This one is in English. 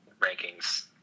rankings